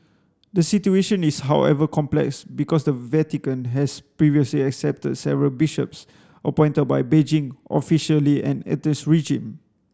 the situation is however complex because the Vatican has previously accepted several bishops appointed by Beijing officially an atheist regime